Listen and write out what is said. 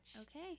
Okay